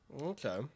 Okay